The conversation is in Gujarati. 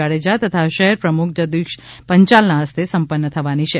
જાડેજા તથા શહેર પ્રમુખ જગદીશ પંચાલ ના હસ્તે સંપન્ન થવાની છે